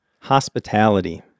Hospitality